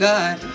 God